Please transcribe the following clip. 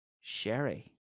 Sherry